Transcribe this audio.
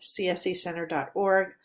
csecenter.org